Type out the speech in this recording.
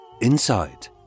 inside